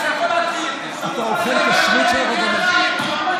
אתה אוכל כשרות של הרבנות?